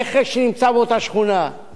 מה זה, במקרה מגיעים לדרום תל-אביב?